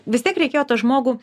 vis tiek reikėjo tą žmogų